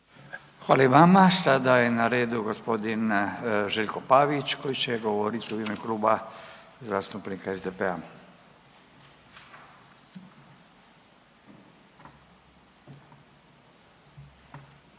Hvala i vama. Sada je na redu g. Željko Pavić koji će govoriti u ime Kluba zastupnika SDP-a. Izvolite.